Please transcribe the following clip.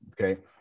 okay